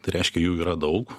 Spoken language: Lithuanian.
tai reiškia jų yra daug